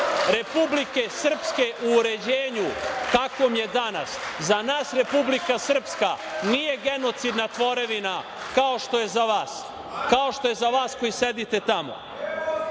Republike Srpske u uređenju kakvom je danas. Za nas Republika Srpska nije genocidna tvorevina, kao što je za vas, kao što je za vas koji sedite tamo. Ja